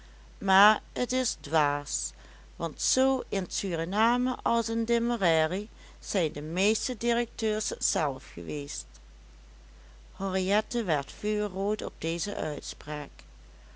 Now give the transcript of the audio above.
maar t is dwaas want zoo in suriname als in demerary zijn de meeste directeurs het zelf geweest henriette werd vuurrood op deze uitspraak